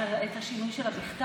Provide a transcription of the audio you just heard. והזכרתי את השינוי שלך שהכנסנו לחוק.